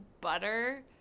butter